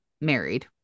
married